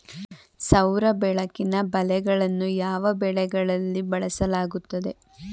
ಸೌರ ಬೆಳಕಿನ ಬಲೆಗಳನ್ನು ಯಾವ ಬೆಳೆಗಳಲ್ಲಿ ಬಳಸಲಾಗುತ್ತದೆ?